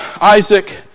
Isaac